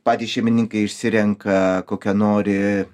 patys šeimininkai išsirenka kokią nori